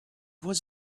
was